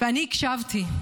"אני הקשבתי.